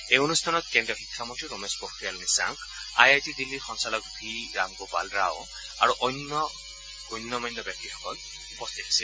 এই অনুষ্ঠানত কেড্ৰীয় শিক্ষামন্তী Ramesh Pokhriyal Nishank I I T দিল্লীৰ সঞ্চালক ভি ৰামগোপাল ৰাও আৰু অন্যান্য গণমান্য ব্যক্তিসকল উপস্থিত আছিল